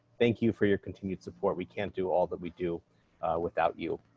thank you for your continued support. we can't do all that we do without you.